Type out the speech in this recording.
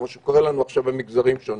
כמו שקורה לנו עכשיו במגזרים שונים.